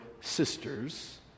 sisters